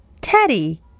Teddy